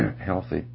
healthy